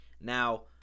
Now